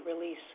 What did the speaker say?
release